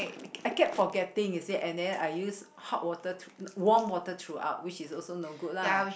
I I kept forgetting you see and then I use hot water to warm water throughout which is also no good lah